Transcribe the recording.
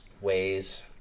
ways